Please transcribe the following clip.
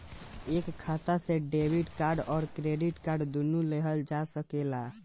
एक खाता से डेबिट कार्ड और क्रेडिट कार्ड दुनु लेहल जा सकेला?